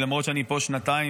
למרות שאני פה שנתיים,